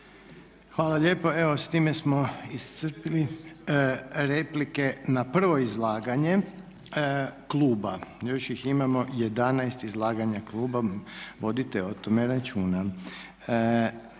Hvala lijepo. Evo s time smo iscrpili replike na prvo izlaganje kluba. Još ih imamo 11 izlaganja kluba. Vodite o tome računa.